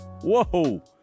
Whoa